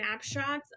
snapshots